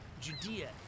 Judea